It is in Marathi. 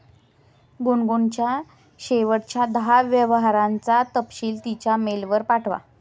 गुनगुनच्या शेवटच्या दहा व्यवहारांचा तपशील तिच्या मेलवर पाठवा